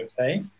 okay